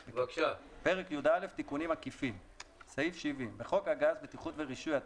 70.תיקון חוק הגז (בטיחות ורישוי) בחוק הגז (בטיחות ורישוי),